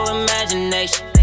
imagination